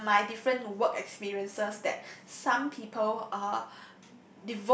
from my different work experiences that some people